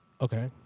Okay